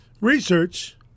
Research